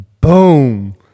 Boom